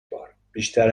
بار، بیشتر